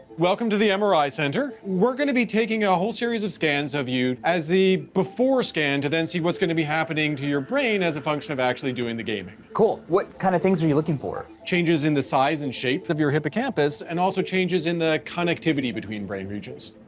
welcome to the um mri center, we're gonna be taking a whole series of scans of you as the before scan to then see what's gonna be happening to your brain as a function of actually doing the gaming cool, what kind of things are you looking for? changes in the size and shape of your hippocampus and also changes in the connectivity between brain regions.